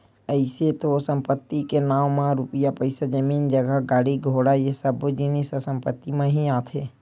अइसे तो संपत्ति के नांव म रुपया पइसा, जमीन जगा, गाड़ी घोड़ा ये सब्बो जिनिस ह संपत्ति म ही आथे